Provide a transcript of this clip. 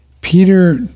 Peter